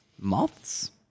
Moths